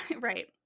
Right